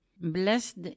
Blessed